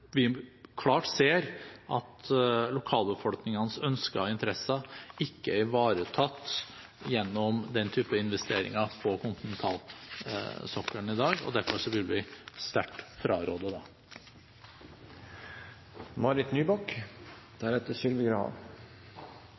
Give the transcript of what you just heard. vi tydelig ser at lokalbefolkningens ønsker og interesser ikke er ivaretatt gjennom en slik type investeringer på kontinentalsokkelen i dag. Derfor vil vi sterkt